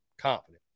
Confident